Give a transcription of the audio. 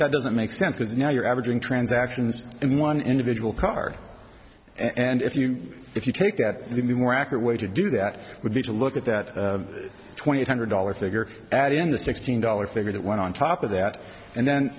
that doesn't make sense because now you're averaging transactions in one individual car and if you if you take that to be more accurate way to do that would be to look at that twenty eight hundred dollars figure add in the sixteen dollars figure that went on top of that and then